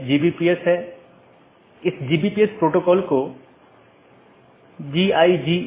interior gateway protocol में router को एक ऑटॉनमस सिस्टम के भीतर जानकारी का आदान प्रदान करने की अनुमति होती है